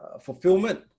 fulfillment